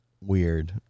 weird